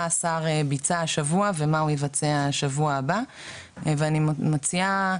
השר ביצע השבוע ומה הוא יבצע שבוע הבא ואני מציעה